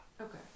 okay